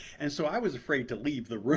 and so i was afraid to leave the room.